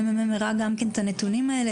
הממ"מ הראה את הנתונים האלה,